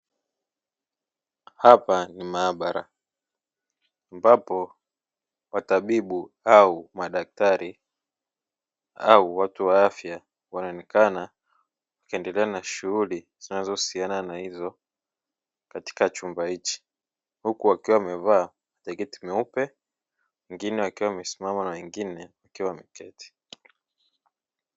Hapa ni maabara ambapo matabibu au madaktari au watu wa afya wanaonekana wakiendelea na shughuli zinazohusiana na hizo katika chumba hichi, huku wakiwa wamevaa jaketi nyeupe wengine wakiwa wamesimama na wengine wakiwa wameketi.